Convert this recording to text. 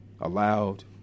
allowed